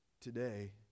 today